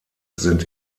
sind